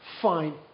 fine